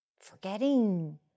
forgetting